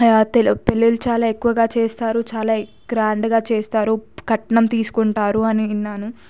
పెళ్ళిళ్ళు చాలా ఎక్కువగా చేస్తారు చాలా గ్రాండ్గా చేస్తారు కట్నం తీసుకుంటారు అని విన్నాను